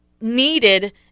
needed